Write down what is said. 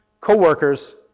co-workers